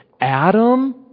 Adam